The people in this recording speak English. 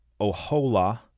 Ohola